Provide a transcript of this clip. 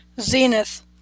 Zenith